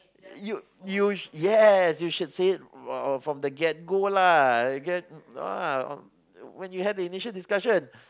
you you yes you should say it from !wow! the get go lah I get !wow! when you had the initial discussion